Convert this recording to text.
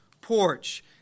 porch